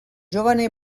giovane